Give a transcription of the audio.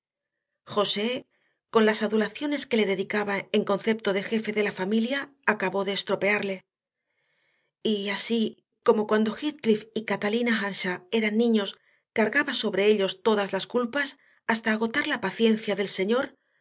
josé con las adulaciones que le dedicaba en concepto de jefe de la familia acabó de estropearle y así como cuando heathcliff y catalina earnshaw eran niños cargaba sobre ellos todas las culpas hasta agotar la paciencia del señor